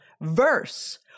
verse